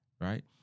right